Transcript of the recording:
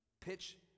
pitch